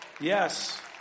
Yes